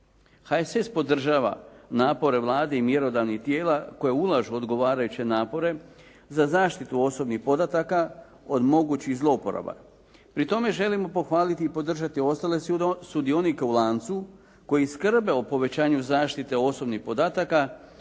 HSS podržava napore Vlade i mjerodavnih tijela koje ulažu odgovarajuće napore za zaštitu osobnih podataka od mogućih zlouporaba. Pri tome želim pohvaliti i podržati ostale sudionike u lancu koji skrbe o povećanju zaštite osobnih podataka